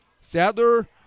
Sadler